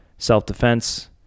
self-defense